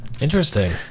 Interesting